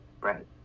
Right